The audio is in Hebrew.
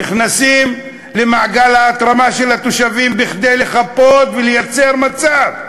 נכנסים למעגל ההתרמה של התושבים כדי לחפות ולייצר מצב.